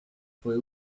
fue